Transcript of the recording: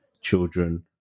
children